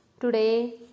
today